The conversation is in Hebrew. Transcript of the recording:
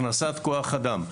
הכנסת כוח אדם.